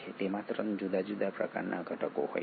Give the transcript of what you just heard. તેમાં 3 જુદા જુદા પ્રકારના ઘટકો હોય છે